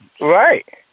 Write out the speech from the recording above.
Right